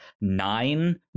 nine